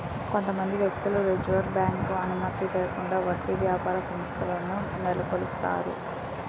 కొంతమంది వ్యక్తులు reserve bank అనుమతి లేకుండా వడ్డీ వ్యాపార సంస్థలను నెలకొల్పుతారు